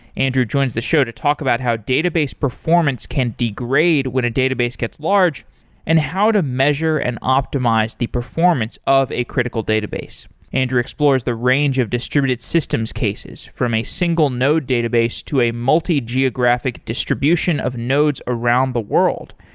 andrew joins the show to talk about how database performance can degrade when a database gets large and how to measure and optimize the performance of a critical database. andrew explores the range of distributed systems cases, from a single node database to a multi-geographic distribution of nodes around the world,